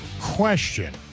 Question